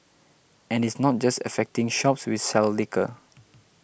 and it's not just affecting shops which sell liquor